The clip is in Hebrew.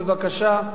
בבקשה.